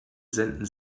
senden